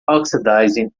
oxidizing